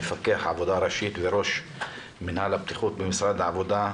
מפקח עבודה ראשי וראש מינהל הבטיחות במשרד העבודה,